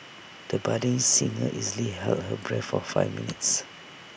the budding singer easily held her breath for five minutes